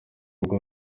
ubwo